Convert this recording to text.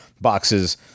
boxes